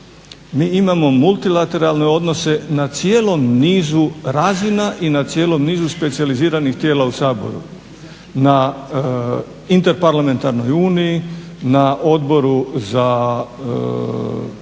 Mi imamo multilateralne odnose na cijelom nizu razina i na cijelom nizu specijaliziranih tijela u Saboru, na Interparlamentarnoj uniji, na Odboru za